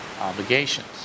obligations